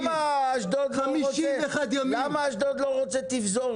למה אשדוד לא רוצה תפזורת?